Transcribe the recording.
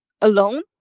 alone